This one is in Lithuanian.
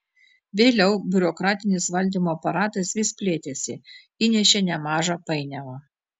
vėliau biurokratinis valdymo aparatas vis plėtėsi įnešė nemažą painiavą